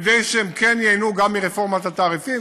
כדי שהם ייהנו גם מרפורמת התעריפים,